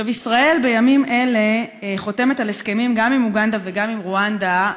ישראל בימים אלה חותמת על הסכמים גם עם אוגנדה וגם עם רואנדה,